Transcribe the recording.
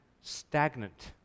stagnant